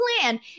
plan